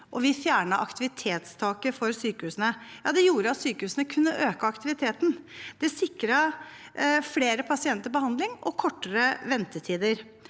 vi fjernet aktivitetstaket for sykehusene. Det gjorde at sykehusene kunne øke aktiviteten. Det sikret flere pasienter behandling og kortere ventetider.